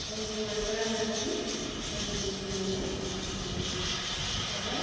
ମାଙ୍କଡ଼ମାନେ ବି ସବୁ ଟୁପିମାନେ ଫିକି ନାଶନ ହେଲେ